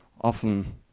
Often